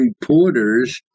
reporters